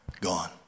gone